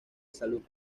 salud